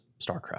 Starcraft